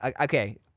Okay